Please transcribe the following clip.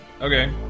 Okay